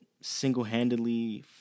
single-handedly